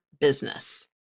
business